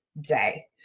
day